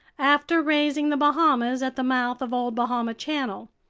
after raising the bahamas at the mouth of old bahama channel.